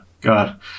God